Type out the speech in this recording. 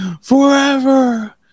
forever